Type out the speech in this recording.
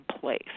place